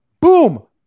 Boom